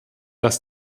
dass